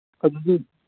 ꯑꯗꯨꯗꯤ